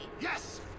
Yes